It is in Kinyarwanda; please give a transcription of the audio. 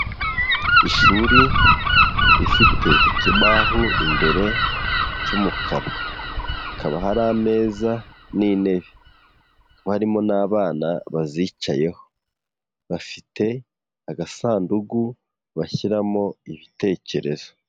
Ishuri rifite ikibaho imbere cy'umukara, hakaba hari ameza n'intebe, hakaba harimo n'abana bazicayeho, bafite agasandugu bashyiramo ibitekerezo.